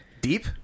Deep